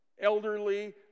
elderly